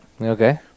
Okay